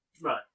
Right